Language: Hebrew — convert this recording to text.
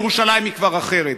ירושלים היא כבר אחרת,